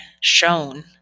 shown